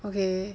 okay